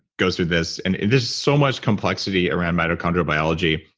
goes through this and there's so much complexity around mitochondrial biology.